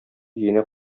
өенә